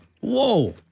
Whoa